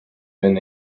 been